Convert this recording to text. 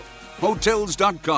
Hotels.com